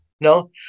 No